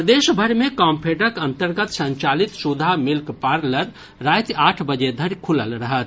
प्रदेश भरि मे कॉम्फेडक अंतर्गत संचालित सुधा मिल्क पार्लर राति आठ बजे धरि खुलल रहत